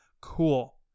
cool